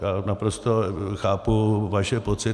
Já naprosto chápu vaše pocity.